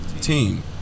team